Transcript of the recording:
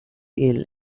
ill